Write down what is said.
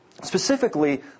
specifically